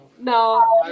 No